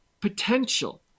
potential